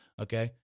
Okay